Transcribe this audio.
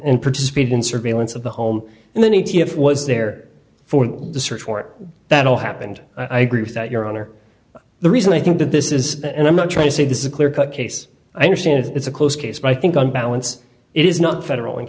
and participated in surveillance of the home and then a t f was there for the search warrant that all happened i agree that your honor the reason i think that this is and i'm not trying to say this is a clear cut case i understand it's a close case but i think on balance it is not federal